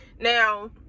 Now